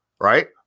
Right